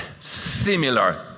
similar